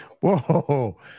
Whoa